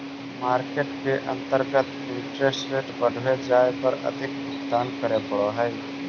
market के अंतर्गत interest rate बढ़वे जाए पर अधिक भुगतान करे पड़ऽ हई